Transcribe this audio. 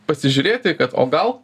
pasižiūrėti kad o gal